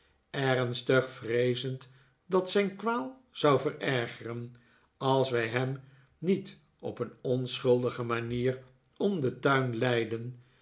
ernstig vreezend dat zijn kwaal zou verergeren als wij hem niet op een onschuldige manier om den tuin leidden